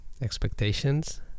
expectations